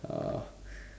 uh